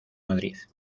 madrid